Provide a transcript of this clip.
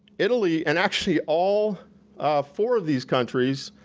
italy, and actually all four of these countries,